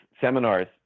seminars